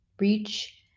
reach